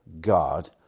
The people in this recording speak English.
God